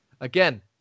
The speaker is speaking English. Again